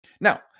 Now